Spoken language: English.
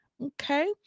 Okay